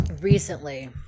recently